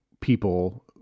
people